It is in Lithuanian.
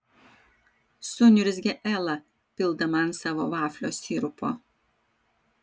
suniurzgė ela pildama ant savo vaflio sirupo